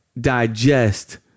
digest